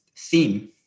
Theme